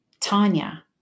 Tanya